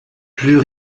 plus